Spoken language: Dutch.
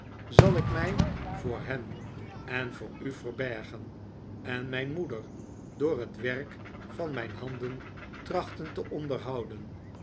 zal ik mij voor hen en voor u verbergen en mijn moeder door het werk van mijn handen trachten te onderhouden